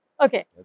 Okay